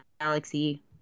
galaxy